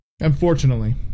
Unfortunately